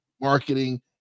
marketing